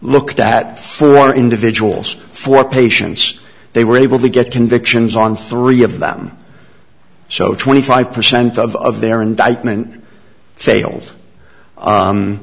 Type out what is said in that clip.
looked at for individuals for patients they were able to get convictions on three of them so twenty five percent of their indictment faile